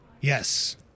Yes